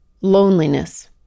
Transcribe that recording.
loneliness